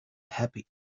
happy